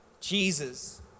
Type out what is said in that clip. Jesus